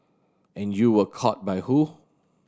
and you were caught by who